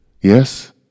Yes